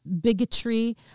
bigotry